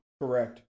Correct